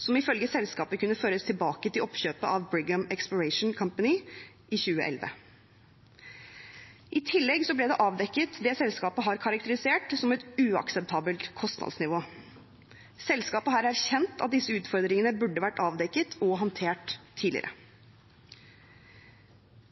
som ifølge selskapet kunne føres tilbake til oppkjøpet av Brigham Exploration Company i 2011. I tillegg ble det avdekket det selskapet har karakterisert som et uakseptabelt kostnadsnivå. Selskapet har erkjent at disse utfordringene burde vært avdekket og håndtert tidligere.